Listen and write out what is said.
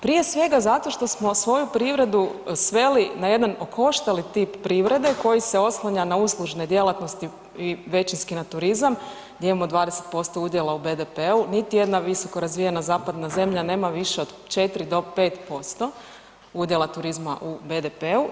Prije svega zato što smo svoju privredi sveli na jedan okoštali tip privrede koji se oslanja na uslužne djelatnosti i većinski na turizam gdje imamo 20% udjela u BDP-u, niti jedna visokorazvijena zapadna zemlja nema više od 4 do 5% udjela turizma u BDP-u.